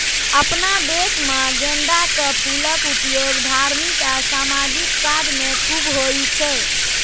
अपना देश मे गेंदाक फूलक उपयोग धार्मिक आ सामाजिक काज मे खूब होइ छै